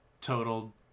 total